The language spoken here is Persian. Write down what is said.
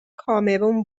کامرون